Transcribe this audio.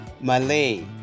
Malay